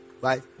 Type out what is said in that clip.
Right